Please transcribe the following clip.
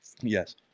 Yes